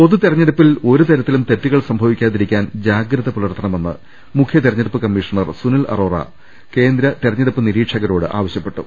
പൊതു തെരഞ്ഞെടുപ്പിൽ ഒരു തരത്തിലും തെറ്റുകൾ സംഭ വിക്കാതിരിക്കാൻ ജാഗ്രത പുലർത്തണമെന്ന് മുഖ്യ തെരഞ്ഞെ ടുപ്പ് കമ്മീഷണർ സുനിൽ അറോറ കേന്ദ്ര തെരഞ്ഞെടുപ്പ് നിരീ ക്ഷകരോട് ആവശ്യപ്പെട്ടു